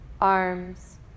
arms